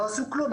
לא עשו כלום,